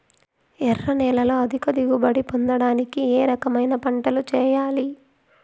ఎర్ర నేలలో అధిక దిగుబడి పొందడానికి ఏ రకమైన పంటలు చేయాలి?